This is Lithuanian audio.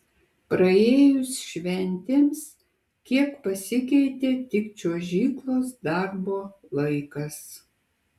praėjus šventėms kiek pasikeitė tik čiuožyklos darbo laikas